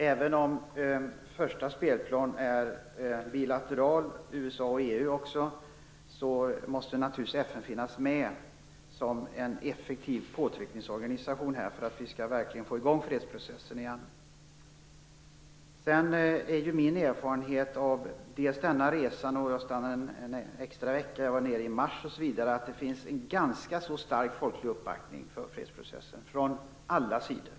Även om den främsta spelplanen är det bilaterala arbetet och det som görs via USA och EU, måste FN finnas med som en effektiv påtryckningsorganisation för att vi verkligen skall få i gång fredsprocessen igen. Min erfarenhet efter de resor jag har gjort nyligen är att det finns en ganska stark folklig uppbackning för fredsprocessen från alla sidor.